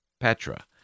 Petra